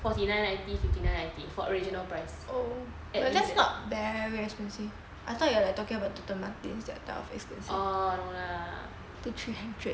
forty nine ninety fifty nine ninety for original price at least eh